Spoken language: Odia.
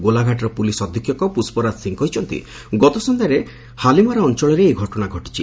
ଗୋଲାଘାଟର ପୁଲିସ୍ ଅଧିକ୍ଷକ ପୁଷ୍ପରାଜ ସିଂହ କହିଛନ୍ତି ଗତ ସନ୍ଧ୍ୟାରେ ହାଲିମାରା ଅଞ୍ଚଳରେ ଏହି ଘଟଣା ଘଟିଛି